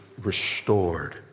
restored